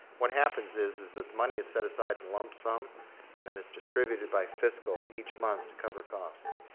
what happens is is that the money is set aside in lump sum and then it's distributed by fiscal each month to cover costs.